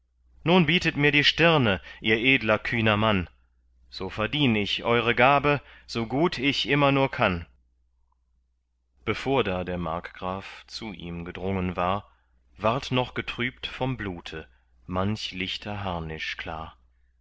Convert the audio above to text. nun bietet mir die stirne ihr edler kühner mann so verdien ich eure gabe so gut ich immer nur kann bevor da der markgraf zu ihm gedrungen war ward noch getrübt vom blute manch lichter harnisch klar